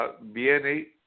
viene